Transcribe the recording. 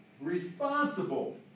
responsible